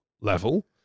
level